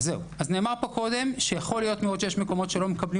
נאמר פה קודם שיכול להיות שיש מקומות שלא מקבלים